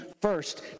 first